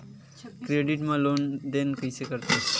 Credit मा लेन देन कइसे होथे?